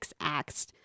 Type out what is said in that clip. acts